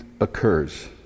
occurs